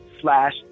slash